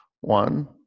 one